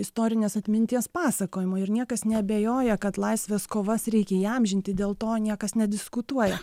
istorinės atminties pasakojimo ir niekas neabejoja kad laisvės kovas reikia įamžinti dėl to niekas nediskutuoja